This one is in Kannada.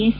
ಎಸ್